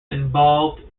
involved